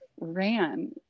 ran